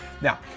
Now